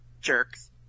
Jerks